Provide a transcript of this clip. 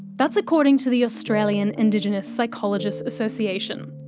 that's according to the australian indigenous psychologists association.